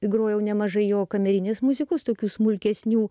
grojau nemažai jo kamerinės muzikos tokių smulkesnių